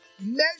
measure